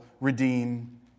redeem